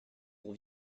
pour